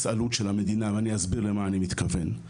עלות של המדינה ואני אסביר למה אני מתכוון.